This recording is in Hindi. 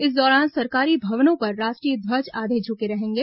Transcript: इस दौरान सरकारी भवनों पर राष्ट्रीय ध्वज आधे झुके रहेंगे